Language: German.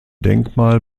denkmal